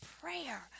prayer